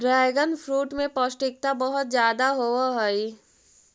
dragon fruit में पौष्टिकता बहुत ज्यादा होवऽ हइ